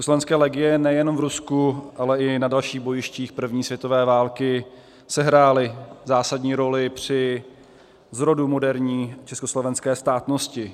Československé legie nejenom v Rusku, ale i na dalších bojištích první světové války sehrály zásadní roli při zrodu moderní československé státnosti.